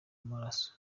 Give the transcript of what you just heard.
maraso